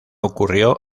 ocurrió